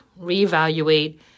reevaluate